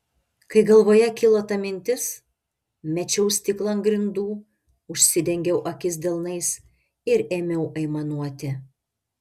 kai galvoje kilo ta mintis mečiau stiklą ant grindų užsidengiau akis delnais ir ėmiau aimanuoti